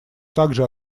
также